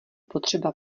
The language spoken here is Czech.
potřeba